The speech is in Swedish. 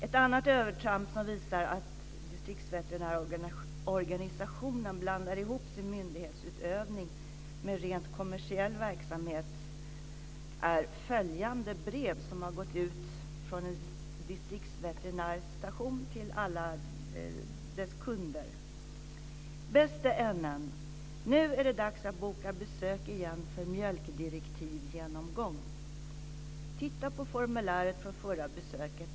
Ett annat övertramp som visar att distriktsveterinärorganisationen blandar ihop sin myndighetsutövning med rent kommersiell verksamhet är följande brev som har gått ut från en distriktsveterinärstation till alla dess kunder. "Bäste NN! Nu är det dax att boka besök igen för mjölkdirektiv genomgång. Titta på formuläret från förra besöket.